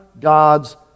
God's